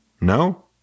No